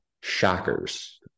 shockers